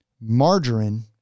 margarine